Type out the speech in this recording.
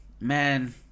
man